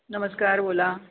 नमस्कार बोला